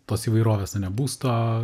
tos įvairovės ane busto